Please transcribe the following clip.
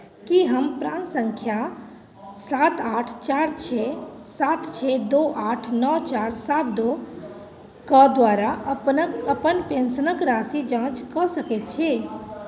की हम प्राण सङ्ख्या सात आठ चारि छओ सात छओ दू आठ नओ चारि सात दू कऽ द्वारा अपनक अपन पेंशनक राशिक जाँच कऽ सकैत छी